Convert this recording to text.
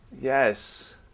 Yes